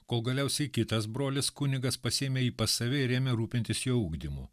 kol galiausiai kitas brolis kunigas pasiėmė jį pas save ir ėmė rūpintis jo ugdymu